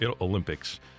Olympics